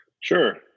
sure